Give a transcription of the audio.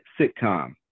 sitcom